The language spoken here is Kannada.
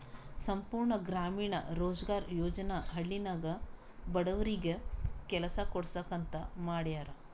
ಸಂಪೂರ್ಣ ಗ್ರಾಮೀಣ ರೋಜ್ಗಾರ್ ಯೋಜನಾ ಹಳ್ಳಿನಾಗ ಬಡವರಿಗಿ ಕೆಲಸಾ ಕೊಡ್ಸಾಕ್ ಅಂತ ಮಾಡ್ಯಾರ್